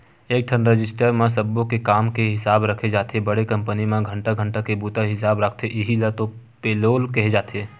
एकठन रजिस्टर म सब्बो के काम के हिसाब राखे जाथे बड़े कंपनी म घंटा घंटा के बूता हिसाब राखथे इहीं ल तो पेलोल केहे जाथे